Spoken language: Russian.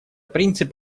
принцип